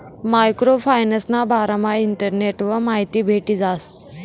micro फायनान्सना बारामा इंटरनेटवर माहिती भेटी जास